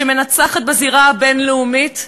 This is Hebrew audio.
שמנצחת בזירה הבין-לאומית,